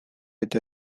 with